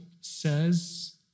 says